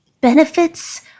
benefits